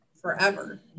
forever